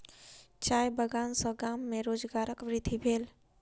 चाय बगान सॅ गाम में रोजगारक वृद्धि भेल